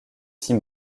six